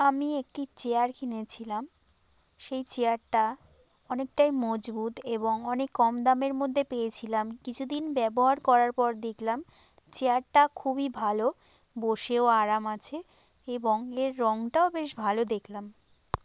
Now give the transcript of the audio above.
আমি একটি চেয়ার কিনেছিলাম সেই চেয়ারটা অনেকটাই মজবুত এবং অনেক কম দামের মধ্যে পেয়েছিলাম কিছু দিন ব্যবহার করার পর দেখলাম চেয়ারটা খুবই ভালো বসেও আরাম আছে এবং এর রঙটাও বেশ ভালো দেখলাম